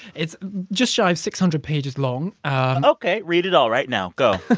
it's just shy of six hundred pages long ok. read it all right now. go